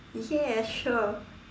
ya sure